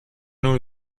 new